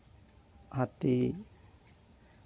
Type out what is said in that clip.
ᱦᱟᱹᱛᱤ